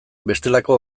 bestelako